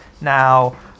now